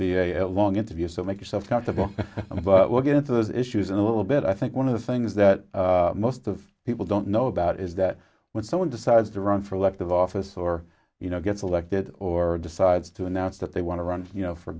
be a long interview so make yourself comfortable looking into those issues and a little bit i think one of the things that most of people don't know about is that when someone decides to run for elective office or you know gets elected or decides to announce that they want to run for